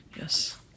Yes